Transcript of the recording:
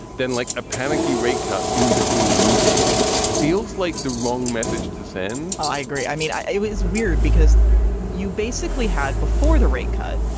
then like a panicky rate cut in between meetings feels like the wrong message to send i agree. i mean, it was weird because you basically had before the rate cut,